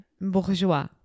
Bourgeois